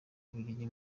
bubiligi